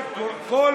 קול